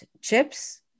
chips